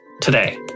today